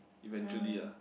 eventually ah